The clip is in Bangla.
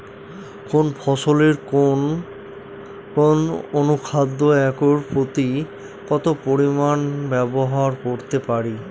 কোন ফসলে কোন কোন অনুখাদ্য একর প্রতি কত পরিমান ব্যবহার করতে পারি?